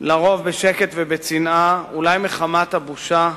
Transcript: על-פי רוב בשקט ובצנעה, אולי מחמת הבושה,